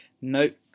Nope